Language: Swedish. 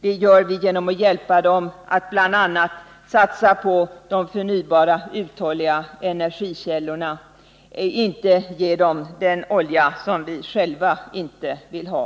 Det gör vi genom att hjälpa dem att bl.a. satsa på de förnyelsebara energikällorna — inte genom att ge dem den olja som vi själva inte vill ha.